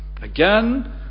Again